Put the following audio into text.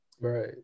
right